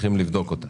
שיבדקו ונחזור לפה.